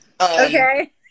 okay